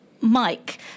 Mike